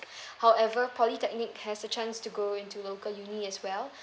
however polytechnic has a chance to go into local uni as well